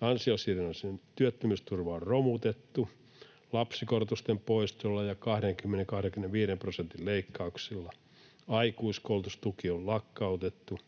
ansiosidonnainen työttömyysturva on romutettu lapsikorotusten poistolla ja 20—25 prosentin leikkauksilla, aikuiskoulutustuki on lakkautettu,